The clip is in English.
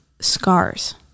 scars